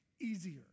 easier